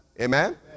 Amen